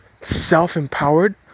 self-empowered